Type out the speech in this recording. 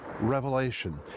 revelation